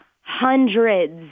hundreds